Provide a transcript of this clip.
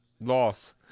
loss